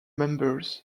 members